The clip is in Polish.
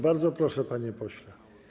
Bardzo proszę, panie pośle.